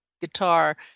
guitar